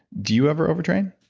do you ever over-train?